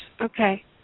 okay